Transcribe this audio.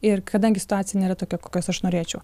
ir kadangi situacija nėra tokia kokios aš norėčiau